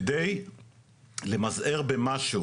כדי למזער במשהו